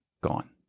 gone